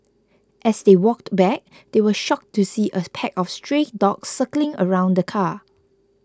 as they walked back they were shocked to see a pack of stray dogs circling around the car